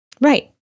Right